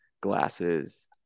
glasses